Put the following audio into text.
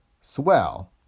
Swell